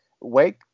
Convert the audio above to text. Wake